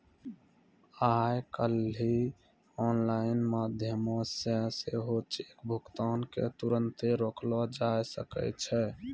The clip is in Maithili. आइ काल्हि आनलाइन माध्यमो से सेहो चेक भुगतान के तुरन्ते रोकलो जाय सकै छै